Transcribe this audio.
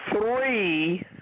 three